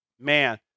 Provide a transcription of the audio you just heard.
man